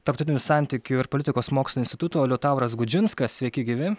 tarptautinių santykių ir politikos mokslų instituto liutauras gudžinskas sveiki gyvi